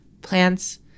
plants